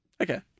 Okay